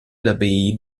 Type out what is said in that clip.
l’abbaye